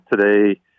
Today